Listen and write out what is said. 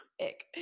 ick